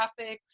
graphics